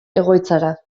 egoitzara